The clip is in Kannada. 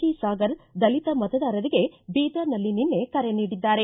ಜಿ ಸಾಗರ ದಲಿತ ಮತದಾರರಿಗೆ ಬೀದರ್ನಲ್ಲಿ ನಿನ್ನೆ ಕರೆ ನೀಡಿದ್ದಾರೆ